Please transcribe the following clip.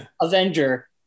Avenger